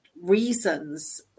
reasons